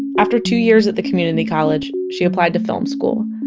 after two years at the community college, she applied to film school.